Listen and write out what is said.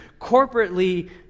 corporately